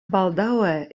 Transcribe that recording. baldaŭe